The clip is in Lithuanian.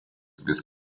vis